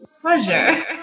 Pleasure